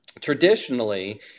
Traditionally